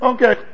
Okay